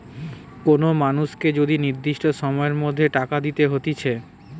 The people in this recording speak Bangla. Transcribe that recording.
কোন মানুষকে যদি নির্দিষ্ট সময়ের মধ্যে টাকা দিতে হতিছে